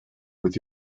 with